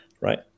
right